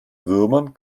würmern